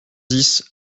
dix